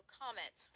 comment